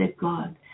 God